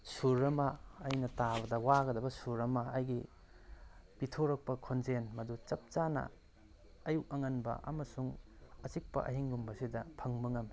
ꯁꯨꯔ ꯑꯃ ꯑꯩꯅ ꯇꯥꯕꯗ ꯋꯥꯒꯗꯕ ꯁꯨꯔ ꯑꯃ ꯑꯩꯒꯤ ꯄꯤꯊꯣꯔꯛꯄ ꯈꯣꯟꯖꯦꯜ ꯃꯗꯨ ꯆꯞ ꯆꯥꯅ ꯑꯌꯨꯛ ꯑꯉꯟꯕ ꯑꯃꯁꯨꯡ ꯑꯆꯤꯛꯄ ꯑꯍꯤꯡꯒꯨꯝꯕꯁꯤꯗ ꯐꯪꯕ ꯉꯝꯃꯦ